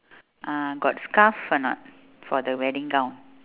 uh got scarf or not for the wedding gown